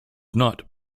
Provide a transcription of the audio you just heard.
not